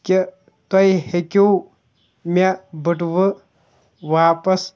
کہِ تۄہہ ہٮ۪کو مےٚ بٔٹوٕ واپَس